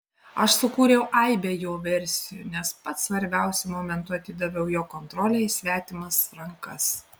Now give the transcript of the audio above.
aš sukūriau aibę jo versijų nes pats svarbiausiu momentu atidaviau jo kontrolę į svetimas rankas